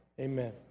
Amen